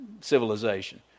civilization